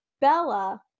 Bella